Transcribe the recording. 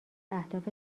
اهداف